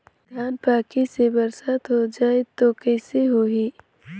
धान पक्की से बरसात हो जाय तो कइसे हो ही?